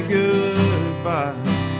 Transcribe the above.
goodbye